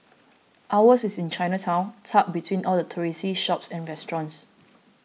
ours is in Chinatown tucked between all the touristy shops and restaurants